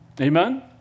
Amen